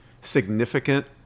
significant